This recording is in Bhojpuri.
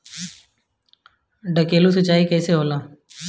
ढकेलु सिंचाई कैसे होला?